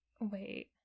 Wait